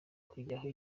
kujyaho